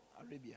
Arabia